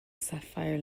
sapphire